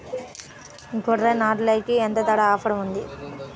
గొర్రె, నాగలికి ఎంత ధర ఆఫర్ ఉంది?